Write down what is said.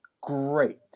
great